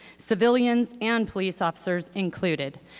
civilians and police officers included.